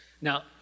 Now